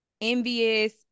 envious